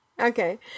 Okay